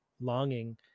longing